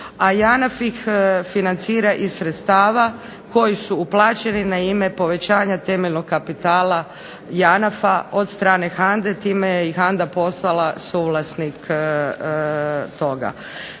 a JANAF ih financira iz sredstava koja su u plaćeni na ime povećanja temeljnog kapitala JANAF-a od strane HANDA-e time je i HANDA postala suvlasnik toga.